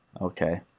Okay